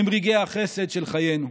הם רגעי החסד של חיינו.